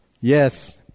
yes